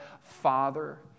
Father